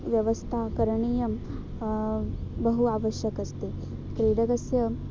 व्यवस्था करणीया बहु आवश्यकम् अस्ति क्रीडकस्य